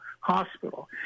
hospital